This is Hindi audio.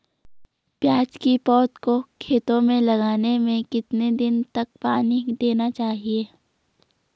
प्याज़ की पौध को खेतों में लगाने में कितने दिन तक पानी देना चाहिए?